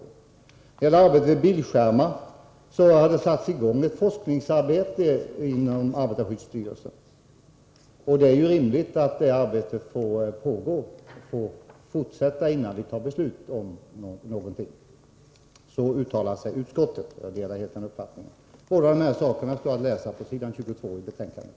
När det gäller arbetet vid bildskärmar har det satts i gång ett forskningsarbete inom arbetarskyddsstyrelsen. Det är rimligt att arbetet får fortsätta och slutföras innan vi tar beslut. Så uttalar sig utskottet. Jag delar helt den uppfattningen. Båda dessa saker står att läsa på s. 22 i utskottsbetänkandet.